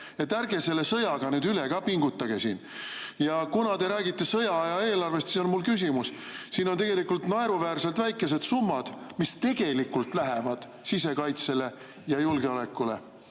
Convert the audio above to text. Ärge selle sõjaga nüüd üle ka pingutage siin. Aga kuna te räägite sõjaaja eelarvest, siis on mul küsimus. Siin on tegelikult naeruväärselt väikesed summad, mis tegelikult lähevad sisekaitsele ja julgeolekule